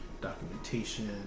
documentation